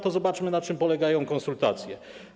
To zobaczmy, na czym polegają konsultacje.